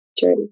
journey